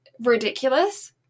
ridiculous